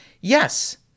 Yes